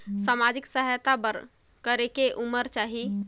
समाजिक सहायता बर करेके उमर चाही?